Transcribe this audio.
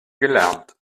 gelernt